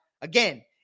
again